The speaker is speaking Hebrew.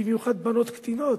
במיוחד בנות קטינות,